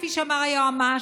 כפי שאמר היועמ"ש,